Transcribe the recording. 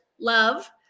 love